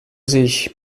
sich